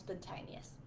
spontaneous